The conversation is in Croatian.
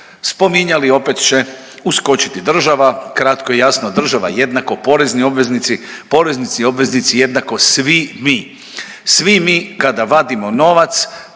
spominjali, opet će uskočiti država. Kratko i jasno, država jednako porezni obveznici, poreznici, obveznici jednako svi vi. Svi mi kada vadimo novac,